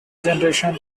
generation